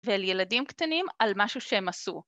ואל ילדים קטנים על משהו שהם עשו.